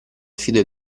affidò